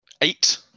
eight